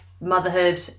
motherhood